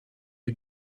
you